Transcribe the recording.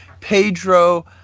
Pedro